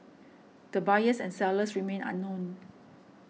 the buyers and sellers remain unknown